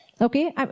Okay